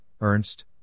Ernst